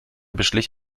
beschlich